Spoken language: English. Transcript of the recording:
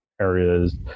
areas